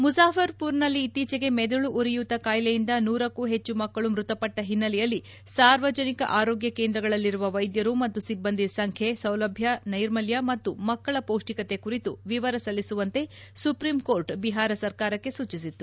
ಮುಜಾಫರ್ಪುರ್ನಲ್ಲಿ ಇತ್ತೀಚಿಗೆ ಮೆದುಳು ಉರಿಯೂತ ಕಾಯಿಲೆಯಿಂದ ನೂರಕ್ಕೂ ಹೆಚ್ಚು ಮಕ್ಕಳು ಮೃತಪಟ್ಟ ಹಿನ್ನೆಲೆಯಲ್ಲಿ ಸಾರ್ವಜನಿಕ ಆರೋಗ್ಯ ಕೇಂದ್ರಗಳಲ್ಲಿರುವ ವೈದ್ಯರು ಮತ್ತು ಸಿಬ್ಬಂದಿ ಸಂಖ್ಯೆ ಸೌಲಭ್ಯ ನೈರ್ಮಲ್ಯ ಮತ್ತು ಮಕ್ಕಳ ಪೌಷ್ಟಿಕತೆ ಕುರಿತು ವಿವರ ಸಲ್ಲಿಸುವಂತೆ ಸುಪ್ರೀಂ ಕೋರ್ಟ್ ಬಿಹಾರ ಸರ್ಕಾರಕ್ಕೆ ಸೂಚಿಸಿತ್ತು